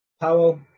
Powell